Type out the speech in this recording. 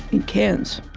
in cairns?